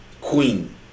Queen